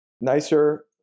nicer